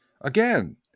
Again